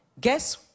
Guess